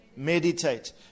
meditate